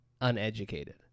uneducated